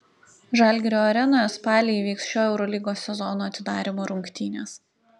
žalgirio arenoje spalį įvyks šio eurolygos sezono atidarymo rungtynės